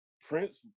Prince